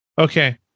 Okay